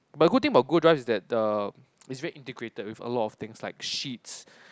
but the good thing about Google Drive is that err it's very integrated with a lot of things like sheets